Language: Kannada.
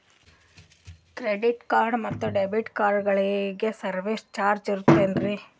ಕ್ರೆಡಿಟ್ ಕಾರ್ಡ್ ಮತ್ತು ಡೆಬಿಟ್ ಕಾರ್ಡಗಳಿಗೆ ಸರ್ವಿಸ್ ಚಾರ್ಜ್ ಇರುತೇನ್ರಿ?